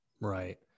Right